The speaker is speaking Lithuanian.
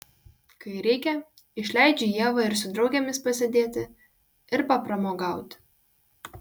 kai reikia išleidžiu ievą ir su draugėmis pasėdėti ir papramogauti